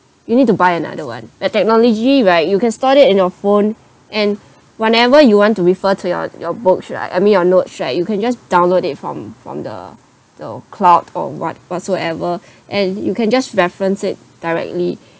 you need to buy another [one] where technology right you can store it in your phone and whenever you want to refer to your your books right I mean your notes right you can just download it from from the the cloud or what whatsoever and you can just reference it directly